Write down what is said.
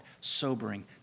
sobering